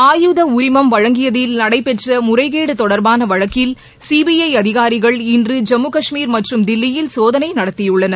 ஆயுத உரிமம் வழங்கியதில் நடைபெற்ற முறைகேடு தொடர்பான வழக்கில் சிபிஐ அதிகாரிகள் இன்று ஜம்மு கஷ்மீர் மற்றும் தில்லியில் இன்று சோதனை நடத்தியுள்ளனர்